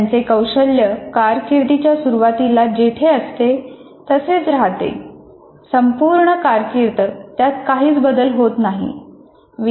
त्यांचे कौशल्य कारकिर्दीच्या सुरुवातीला जेथे असते तसेच राहते संपूर्ण कारकीर्द त्यात काहीही बदल होत नाही